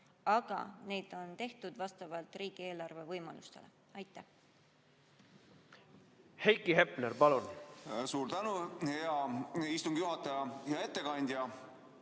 aga neid on tehtud vastavalt riigieelarve võimalustele. Aitäh!